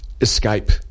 Escape